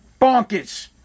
bonkers